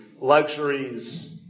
luxuries